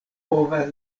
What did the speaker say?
povas